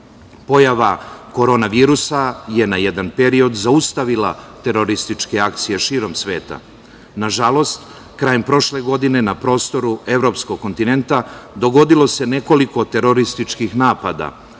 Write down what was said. Pojava korona virusa je na jedan period zaustavila terorističke akcije širom sveta. Na žalost krajem prošle godine na prostoru evropskog kontinenta dogodilo se nekoliko terorističkih napada,